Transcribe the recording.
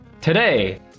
Today